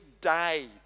died